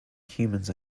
humans